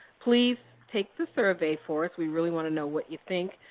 please take the survey for us, we really want to know what you think,